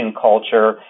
culture